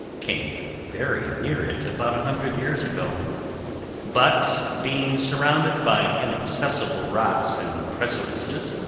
came very near it about a hundred years ago but being surrounded by inaccessible rocks and precipices,